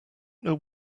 know